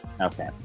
Okay